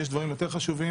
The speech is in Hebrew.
יש דברים יותר חשובים,